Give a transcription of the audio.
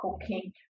cooking